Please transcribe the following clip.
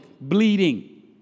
bleeding